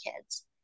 kids